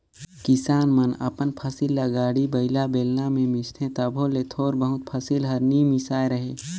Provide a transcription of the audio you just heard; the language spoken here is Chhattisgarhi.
किसान मन अपन फसिल ल गाड़ी बइला, बेलना मे मिसथे तबो ले थोर बहुत फसिल हर नी मिसाए रहें